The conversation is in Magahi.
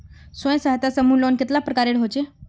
स्वयं सहायता समूह लोन कतेला प्रकारेर होचे?